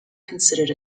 considered